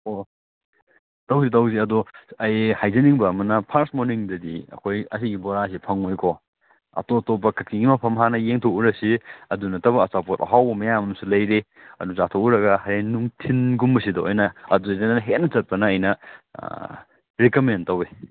ꯑꯣ ꯇꯧꯁꯤ ꯇꯧꯁꯤ ꯑꯗꯣ ꯑꯩ ꯍꯥꯏꯖꯅꯤꯡꯕ ꯑꯃꯅ ꯐꯥꯔꯁ ꯃꯣꯔꯅꯤꯡꯗꯗꯤ ꯑꯩꯈꯣꯏ ꯑꯁꯤꯒꯤ ꯕꯣꯔꯥꯁꯤ ꯐꯪꯉꯣꯏꯀꯣ ꯑꯇꯣꯞ ꯑꯇꯣꯞꯄ ꯀꯥꯛꯆꯤꯡꯒꯤ ꯃꯐꯝ ꯍꯥꯟꯅ ꯌꯦꯡꯊꯣꯛꯎꯔꯁꯤ ꯑꯗꯨ ꯅꯠꯇꯕ ꯑꯆꯥꯄꯣꯠ ꯑꯍꯥꯎꯕ ꯃꯌꯥꯝ ꯑꯃꯁꯨ ꯂꯩꯔꯤ ꯑꯗꯨ ꯆꯥꯊꯣꯛꯎꯔꯒ ꯍꯣꯔꯦꯟ ꯅꯨꯡꯊꯤꯜꯒꯨꯝꯕꯁꯤꯗ ꯑꯣꯏꯅ ꯑꯗꯨꯗꯅ ꯍꯦꯟꯅ ꯆꯠꯄꯅ ꯑꯩꯅ ꯔꯤꯀꯃꯦꯟ ꯇꯧꯋꯦ